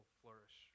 flourish